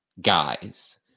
guys